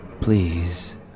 please